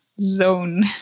zone